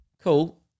cool